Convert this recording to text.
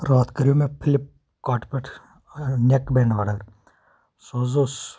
راتھ کریو مےٚ فِلِپ کاٹہٕ پٮ۪ٹھ نٮ۪ک بینٛڈ آرڈر سُہ حظ اوس